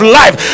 life